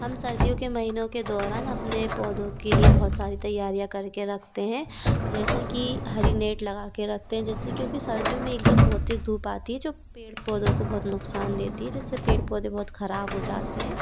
हम सर्दियों के महीनों के दौरान अपने पौधों के लिये बहुत सारी तैयारियां करके रखते हैं जैसे कि हरी नेट लगा के रखते हें जिससे क्योंकि सर्दियों में एकदम बहुत तेज धूप आती है जो पेड़ पौधों को बहुत नुकसान देती है जिससे पेड़ पौधे बहुत खराब हो जाते हैं